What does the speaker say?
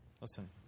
Listen